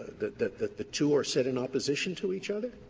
that the that the two are set in opposition to each other?